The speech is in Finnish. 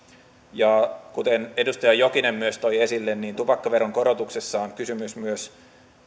kuten edustaja jokinen myös toi esille niin tupakkaveron korotuksessa on kysymys myös